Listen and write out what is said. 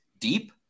deep